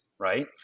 right